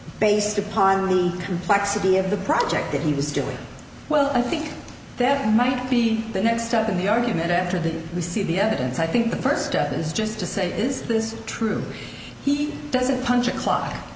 based upon complexity of the project that he was doing well i think that might be the next step in the argument after that we see the evidence i think the first step is just to say is this true he doesn't punch a clock